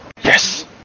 Yes